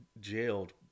jailed